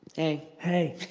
hey. hey.